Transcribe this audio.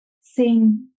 Sing